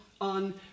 on